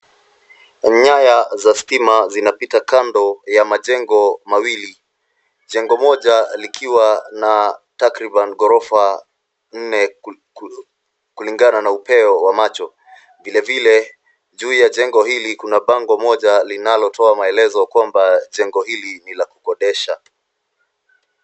Nyaya za stima zinapita kando ya majengo mawili. Jengo moja likiwa na takriban ghorofa nne kulingana na upeo wa macho .Vilevile juu ya jengo hili kuna bango moja linalotoa maelezo kwamba jengo hili ni la kukodesha.